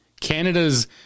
Canada's